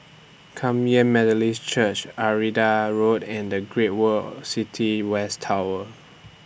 Kum Yan Methodist Church Arcadia Road and The Great World City West Tower